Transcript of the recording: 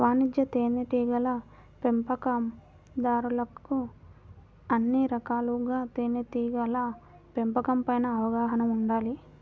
వాణిజ్య తేనెటీగల పెంపకందారులకు అన్ని రకాలుగా తేనెటీగల పెంపకం పైన అవగాహన ఉండాలి